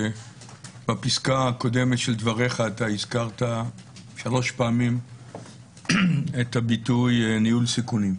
בפסקה הקודמת של דבריך הזכרת שלוש פעמים את הביטוי "ניהול סיכונים".